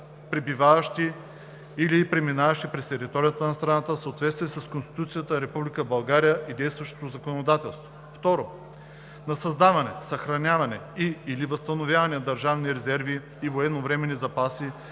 пребиваващи или преминаващи през територията на страната в съответствие с Конституцията на Република България и действащото законодателство; 2. за създаване, съхраняване и/или възстановяване на държавни резерви и военновременни запаси,